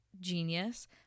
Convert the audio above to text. genius